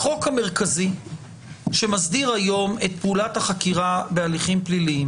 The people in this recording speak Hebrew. החוק המרכזי שמסדיר היום את פעולת החקירה בהליכים פליליים